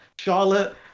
Charlotte